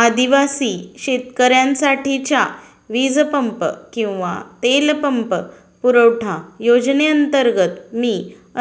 आदिवासी शेतकऱ्यांसाठीच्या वीज पंप किंवा तेल पंप पुरवठा योजनेअंतर्गत मी